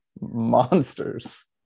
Monsters